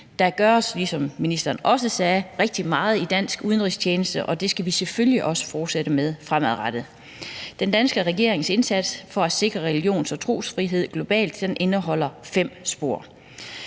Der gøres, ligesom ministeren også sagde, rigtig meget i dansk udenrigstjeneste, og det skal vi selvfølgelig også fortsætte med fremadrettet. Den danske regerings indsats for at sikre religions- og trosfrihed globalt indeholder fem spor.